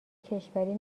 کشوری